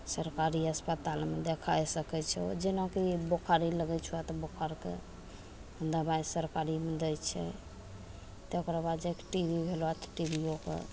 सरकारी अस्पतालमे देखाय सकय छै जेनाकि बोखारे लगय छऽ तऽ बोखारके दबाइ सरकारीमे दै छै तकर बाद जा कऽ टी बी भेलऽ तऽ टिबियोके